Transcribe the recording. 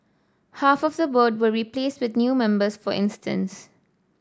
half of the board were replaced with new members for instance